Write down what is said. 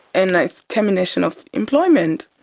and it's termination of employment.